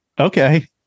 Okay